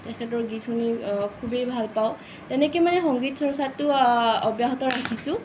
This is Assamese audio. তেখেতৰ গীত শুনি খুৱেই ভাল পাওঁ তেনেকৈ মানে সংগীত চৰ্চাটো অব্যাহত ৰাখিছোঁ